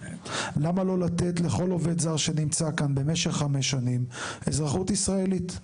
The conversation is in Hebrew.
למה לא לתת לכל עובד זר שנמצא כאן במשך חמש שנים אזרחות ישראלית?